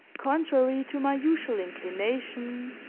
contrary to my usual inclination,